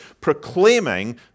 proclaiming